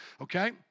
okay